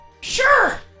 Sure